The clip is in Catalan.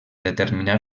determinar